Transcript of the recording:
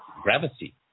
gravity